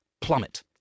plummet